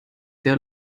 der